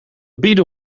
bieden